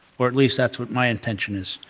or at least that's what my intention is,